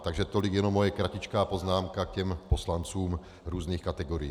Takže tolik jenom moje kratičká poznámka k poslancům různých kategorií.